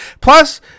Plus